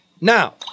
Now